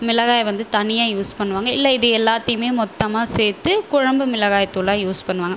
மிளகாயை வந்து தனியாக யூஸ் பண்ணுவாங்க இல்லை இது எல்லாத்தையும் மொத்தமாக சேர்த்து குழம்பு மிளகாய் தூளாக யூஸ் பண்ணுவாங்க